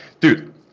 Dude